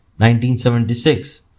1976